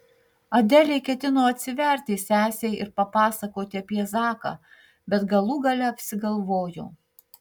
adelė ketino atsiverti sesei ir papasakoti apie zaką bet galų gale apsigalvojo